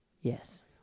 Yes